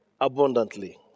abundantly